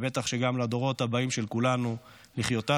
ובטח שגם לדורות הבאים של כולנו, לחיות בשותפות,